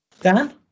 dan